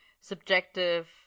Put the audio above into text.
subjective